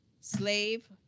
slave